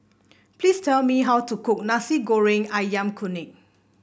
please tell me how to cook Nasi Goreng ayam Kunyit